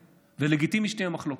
ולגיטימי שתהיה מחלוקת,